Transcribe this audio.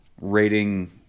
rating